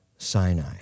Sinai